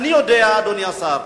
אדוני השר,